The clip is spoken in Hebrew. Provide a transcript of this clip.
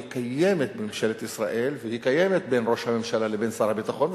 היא קיימת בממשלת ישראל והיא קיימת בין ראש הממשלה לבין שר הביטחון,